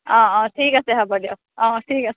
অঁ অঁ ঠিক আছে হ'ব দিয়ক অঁ ঠিক আছে